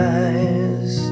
eyes